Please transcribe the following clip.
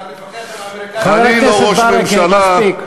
אתה מתווכח עם האמריקנים.